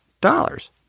dollars